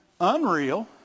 unreal